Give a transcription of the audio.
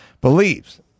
believes